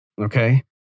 Okay